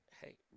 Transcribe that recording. hey